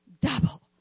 double